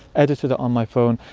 edited it on my phone,